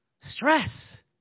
stress